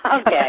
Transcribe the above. Okay